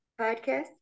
podcast